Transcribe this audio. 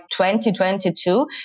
2022